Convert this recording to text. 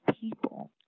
people